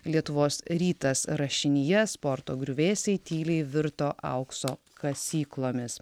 lietuvos rytas rašinyje sporto griuvėsiai tyliai virto aukso kasyklomis